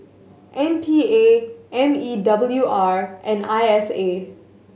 M P A M E W R and I S A